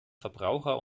verbraucher